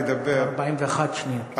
41 שניות.